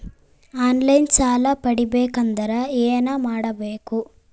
On line ಸಾಲ ಪಡಿಬೇಕಂದರ ಏನಮಾಡಬೇಕು?